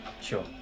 Sure